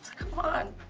c'mon!